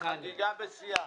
החגיגה בשיאה.